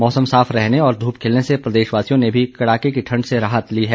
मौसम साफ रहने और ध्वप खिलने से प्रदेशवासियों ने भी कडाके की ठंड से राहत ली है